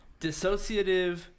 Dissociative